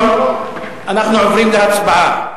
אנחנו עוברים להצבעה.